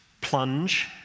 plunge